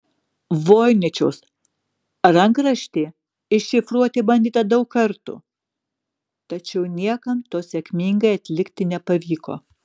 voiničiaus rankraštį iššifruoti bandyta daug kartų tačiau niekam to sėkmingai atlikti nepavyko